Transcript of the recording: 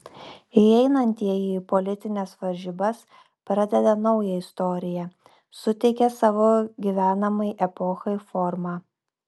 įeinantieji į politines varžybas pradeda naują istoriją suteikia savo gyvenamai epochai formą